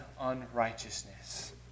unrighteousness